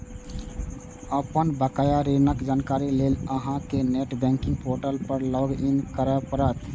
अपन बकाया ऋणक जानकारी लेल अहां कें नेट बैंकिंग पोर्टल पर लॉग इन करय पड़त